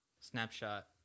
snapshot